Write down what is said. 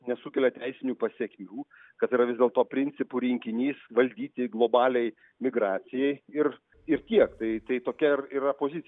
nesukelia teisinių pasekmių kad yra vis dėlto principų rinkinys valdyti globaliai migracijai ir ir tiek tai tai tokia ir yra pozicija